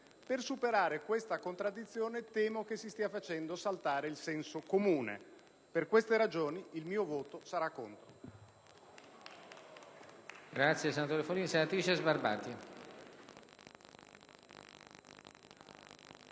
Per superare questa contraddizione temo che si stia facendo saltare il senso comune. Per queste ragioni il mio voto sarà contrario.